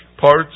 parts